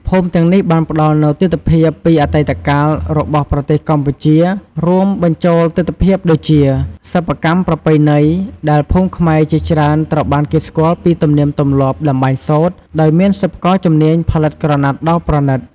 ភូមិទាំងនេះបានផ្ដល់នូវទិដ្ឋភាពពីអតីតកាលរបស់ប្រទេសកម្ពុជា រួមបញ្ចូលទិដ្ឋភាពដូចជា សិប្បកម្មប្រពៃណី ដែលភូមិខ្មែរជាច្រើនត្រូវបានគេស្គាល់ពីទំនៀមទម្លាប់តម្បាញសូត្រ ដោយមានសិប្បករជំនាញផលិតក្រណាត់ដ៏ប្រណិត។